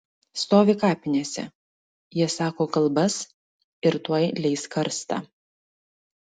stovi kapinėse jie sako kalbas ir tuoj leis karstą